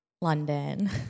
London